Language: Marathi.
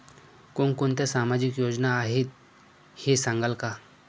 कोणकोणत्या सामाजिक योजना आहेत हे सांगाल का?